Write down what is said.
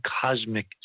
cosmic